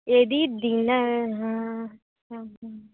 यदि दिन हा